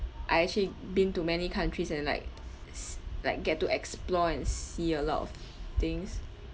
I actually been to many countries and like s~ like get to explore and see a lot of things